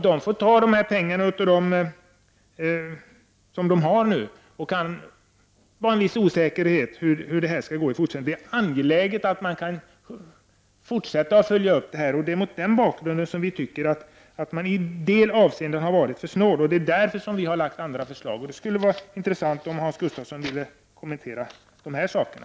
Denna styrelse får ta av de pengar som finns, vilket kan innebära en viss osäkerhet för hur det skall gå i fortsättningen. Det är angeläget att man kan fortsätta att följa upp detta arbete. Det är mot den bakgrunden som vi anser att man i en del avseenden har varit för snål, och därför har vi lagt fram andra förslag. Det vore intressant att höra Hans Gustafssons kommentar till detta.